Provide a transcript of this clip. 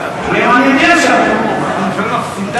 אדוני היושב-ראש, מה שאמר השר, הממשלה מפסידה.